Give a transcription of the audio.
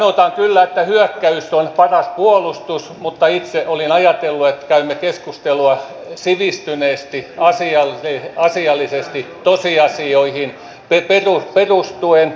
sanotaan kyllä että hyökkäys on paras puolustus mutta itse olin ajatellut että käymme keskustelua sivistyneesti asiallisesti tosiasioihin perustuen